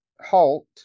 halt